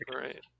right